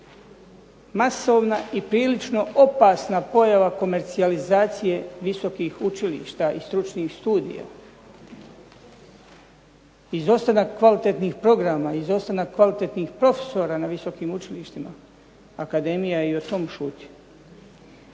Masovna i prilično opasna pojava komercijalizacije visokih učilišta i stručnih studija, izostanak kvalitetnih programa, izostanak kvalitetnih profesora na visokim učilištima. Akademija i o tome šuti.